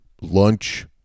Lunch